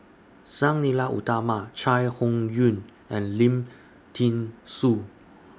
Sang Nila Utama Chai Hon Yoong and Lim Thean Soo